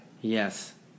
Yes